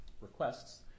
requests